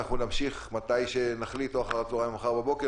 נמשיך מתי שנחליט אחר הצהריים או מחר בבוקר,